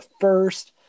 first